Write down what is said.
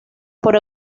por